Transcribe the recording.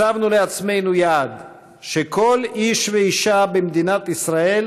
הצבנו לעצמנו יעד שכל איש ואישה במדינת ישראל